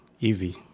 Easy